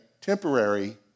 temporary